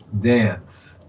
Dance